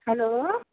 hello